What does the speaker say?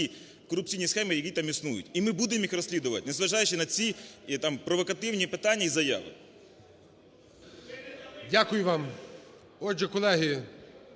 корупційні схеми, які там існують, і ми будемо їх розслідувати, незважаючи на ці провокативні питання і заяви. ГОЛОВУЮЧИЙ. Дякую вам. Отже, колеги,